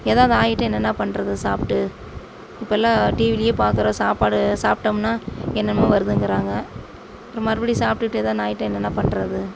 எதாவது ஆகிட்டா என்னண்ணா பண்ணுறது சாப்பிட்டு இப்போல்லாம் டிவிலேயே பார்க்குறோம் சாப்பாடு சாப்பிட்டோம்னா என்னமோ வருதுங்கிறாங்க மறுபுடி சாப்பிடுட்டு எதாது ஒன்று ஆகிட்டா என்னண்ணா பண்ணுறது